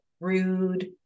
rude